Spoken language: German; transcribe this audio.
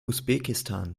usbekistan